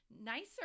nicer